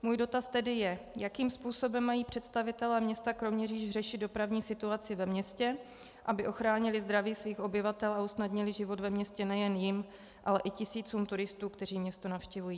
Můj dotaz tedy je: Jakým způsobem mají představitelé města Kroměříž řešit dopravní situaci ve městě, aby ochránili zdraví svých obyvatel a usnadnili život ve městě nejen jim, ale i tisícům turistů, kteří město navštěvují?